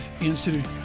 Institute